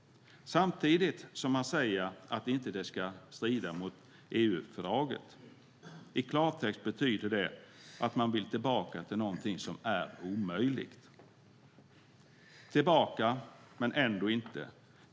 Samtidigt säger man att det inte ska strida mot EU-fördraget. I klartext betyder det att man vill tillbaka till någonting som är omöjligt. Man vill tillbaka men ändå inte.